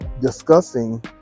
discussing